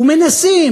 ומנסים